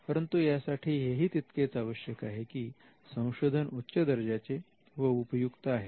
परंतु यासाठी हेही तितकेच आवश्यक आहे की संशोधन उच्च दर्जाचे व उपयुक्त आहे